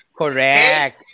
correct